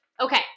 Okay